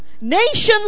nations